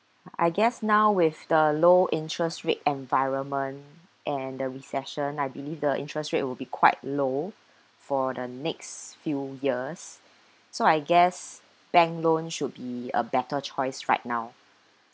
I guess now with the low interest rate environment and the recession I believe the interest rate will be quite low for the next few years so I guess bank loan should be a better choice right now